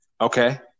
Okay